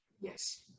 Yes